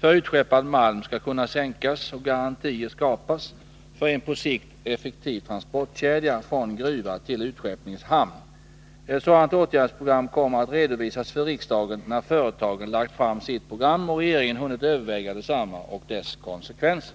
för utskeppad malm skall kunna sänkas och garantier skapas för en på sikt effektiv transportkedja från gruva till utskeppningshamn. Ett sådant åtgärdsprogram kommer att redovisas för riksdagen när företagen lagt fram sitt program och regeringen hunnit överväga detsamma och dess konsekvenser.